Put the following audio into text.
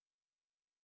hello